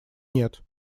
нет